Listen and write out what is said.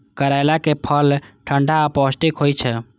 करैलाक फल ठंढा आ पौष्टिक होइ छै